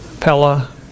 Pella